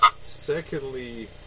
Secondly